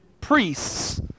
priests